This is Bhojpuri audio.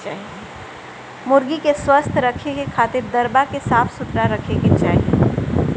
मुर्गी के स्वस्थ रखे खातिर दरबा के साफ सुथरा रखे के चाही